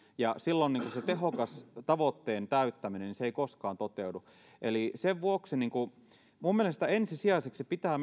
ja silloin se tehokas tavoitteen täyttäminen ei koskaan toteudu sen vuoksi minun mielestäni ensisijaiseksi pitää